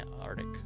Arctic